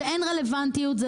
שאין רלוונטיות.